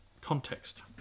context